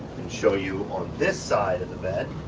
and show you on this side of the bed,